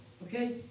Okay